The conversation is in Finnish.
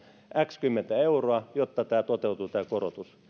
x kymmentä euroa jotta tämä korotus toteutuu